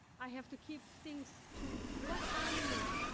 i have to keep things to what i know,